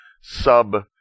sub